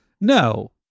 No